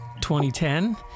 2010